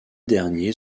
derniers